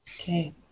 okay